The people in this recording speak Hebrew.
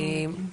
שלום, בטי.